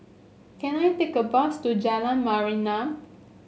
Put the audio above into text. can I take a bus to Jalan Mayaanam